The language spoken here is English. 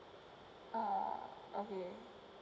ah okay